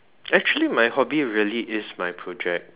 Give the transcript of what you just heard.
actually my hobby really is my project